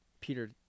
Peter